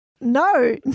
No